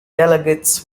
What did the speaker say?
delegates